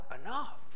enough